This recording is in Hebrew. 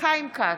חיים כץ,